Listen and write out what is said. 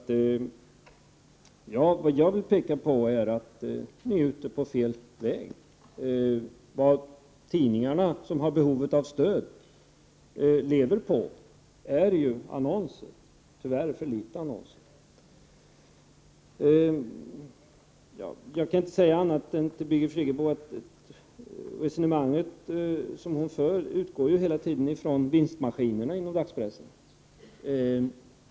Jag vill påpeka att ni är ute på fel väg. Tidningar som har behov av stöd lever ju på annonserna — tyvärr är det för litet annonser. Till Birgit Friggebo kan jag inte säga annat än att det resonemang som hon för hela tiden utgår från vinstmaskinerna inom dagspressen.